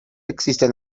existen